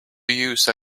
use